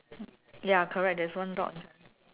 ya correct there is one dot